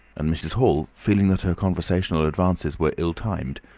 and mrs. hall, feeling that her conversational advances were ill-timed,